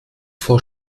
vor